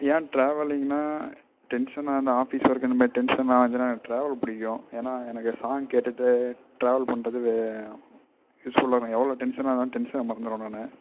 ஏன் டிராவலிங்கனா டென்ஷனாக இந்த ஆஃபீஸ் ஒர்க் இந்த மாதிரி டென்ஷன்லாம் ஆனிச்சின்னா எனக்கு டிராவல் பிடிக்கும் ஏன்னா எனக்கு சாங் கேட்டுகிட்டு டிராவல் பண்ணுறது யூஸ்ஃபுல்லாக நான் எவ்வளோ டென்ஷனாக இருந்தாலும் டென்ஷனை மறந்துவிடுவேன் நான்